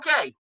Okay